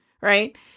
Right